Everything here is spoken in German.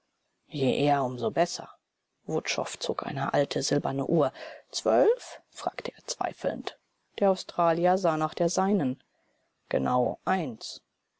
eher um so besser wutschow zog eine alte silberne uhr zwölf fragte er zweifelnd der australier sah nach der seinen genau eins